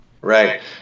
Right